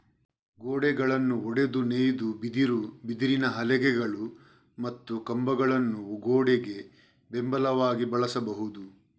ಗೋಡೆಗಳನ್ನು ಒಡೆದು ನೇಯ್ದ ಬಿದಿರು, ಬಿದಿರಿನ ಹಲಗೆಗಳು ಮತ್ತು ಕಂಬಗಳನ್ನು ಗೋಡೆಗೆ ಬೆಂಬಲವಾಗಿ ಬಳಸಬಹುದು